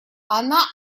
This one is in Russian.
она